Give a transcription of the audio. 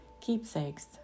keepsakes